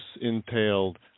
entailed